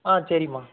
ஆ சரிம்மா